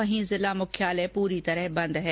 वहीं जिला मुख्यालय पूरी तरह बंद है